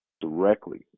directly